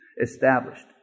established